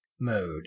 mode